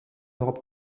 europe